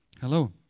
Hello